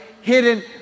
Hidden